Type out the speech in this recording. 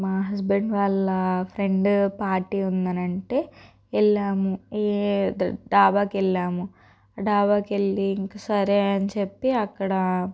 మా హస్బెండ్ వాళ్ళా friend party ఉందనంటే వెళ్ళాము డాబాకి వెళ్ళాము డాబాకి వెళ్ళి ఇంక సరే అని చెప్పి అక్కడ